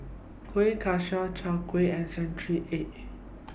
Kueh Kaswi Chai Kueh and Century Egg